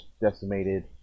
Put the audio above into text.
decimated